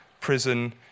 prison